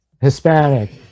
Hispanic